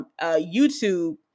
YouTube